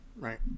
right